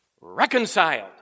reconciled